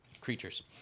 creatures